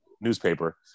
newspaper